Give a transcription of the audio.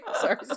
sorry